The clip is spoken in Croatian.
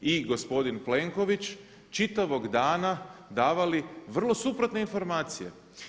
i gospodin Plenković čitavog dana davali vrlo suprotne informacije.